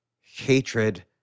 hatred